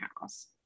house